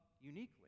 uniquely